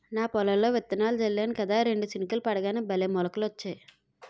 నా పొలంలో విత్తనాలు జల్లేను కదా రెండు చినుకులు పడగానే భలే మొలకలొచ్చాయి